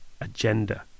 agenda